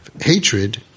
Hatred